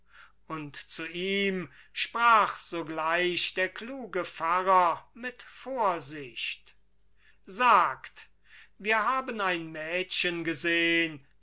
und zu ihm sprach sogleich der kluge pfarrer mit vorsicht sagt wir haben ein mädchen gesehn